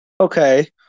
Okay